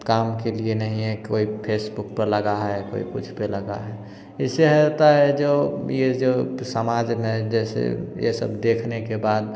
काम के लिए नहीं है कोई फेसबुक पर लगा है कोई कुछ पर लगा है इससे होता है जो यह जो समाज में जैसे यह सब देखने के बाद